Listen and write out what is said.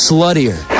Sluttier